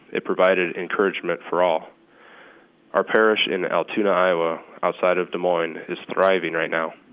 it provided encouragement for all our parish in altoona, iowa, outside of des moines is thriving, right now.